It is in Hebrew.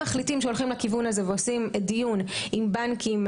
אם מחליטים שהולכים לכיוון הזה ועושים דיון עם בנקים,